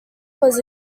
was